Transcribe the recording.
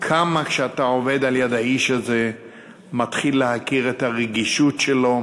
כמה כשאתה עובד ליד האיש הזה אתה מתחיל להכיר את הרגישות שלו,